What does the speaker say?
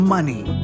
Money